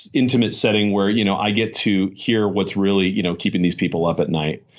intimate setting where you know i get to hear what's really you know keeping these people up at night.